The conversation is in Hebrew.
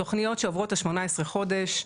תוכניות שעוברות את ה-18 חודשים,